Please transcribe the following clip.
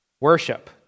Worship